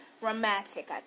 romantic